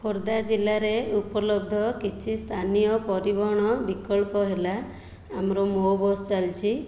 ଖୋର୍ଦ୍ଧା ଜିଲ୍ଲାରେ ଉପଲବ୍ଧ କିଛି ସ୍ଥାନୀୟ ପରିବହନ ବିକଳ୍ପ ହେଲା ଆମର ମୋ' ବସ ଚାଲିଛି